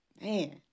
Man